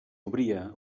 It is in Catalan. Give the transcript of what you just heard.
obria